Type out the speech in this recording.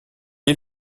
est